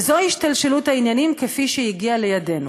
וזוהי השתלשלות העניינים, כפי שהיא הגיעה לידינו: